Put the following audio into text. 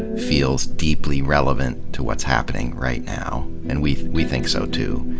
feels deeply relevant to what's happening right now. and we we think so, too.